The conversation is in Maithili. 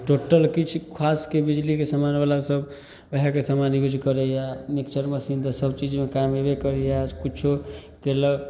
टोटल किछु खासके बिजलीके समानवला सब ओहेके समान यूज करैए मिक्सर मशीन तऽ सबचीजमे काम अएबे करैए आज किछु कएलक